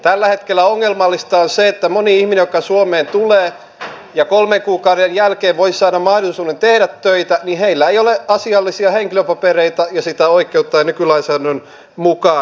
tällä hetkellä ongelmallista on se että monella ihmisellä joka suomeen tulee ja kolmen kuukauden jälkeen voi saada mahdollisuuden tehdä töitä ei ole asiallisia henkilöpapereita ja sitä oikeutta ei nykylainsäädännön mukaan saa